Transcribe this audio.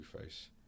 face